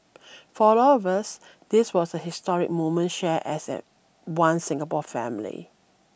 for all of us this was a historic moment shared as at one Singapore family